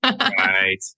Right